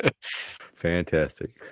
Fantastic